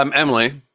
um emily,